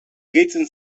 gehitzen